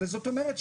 זאת אומרת,